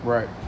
Right